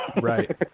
right